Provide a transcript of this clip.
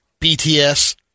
BTS